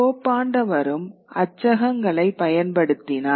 போப்பாண்டவரும் அச்சகங்களைப் பயன்படுத்தினார்